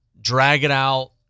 drag-it-out